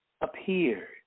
appeared